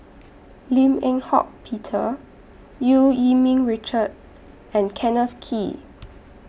Lim Eng Hock Peter EU Yee Ming Richard and Kenneth Kee